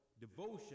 devotion